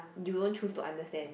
you don't choose to understand